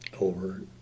over